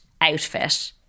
outfit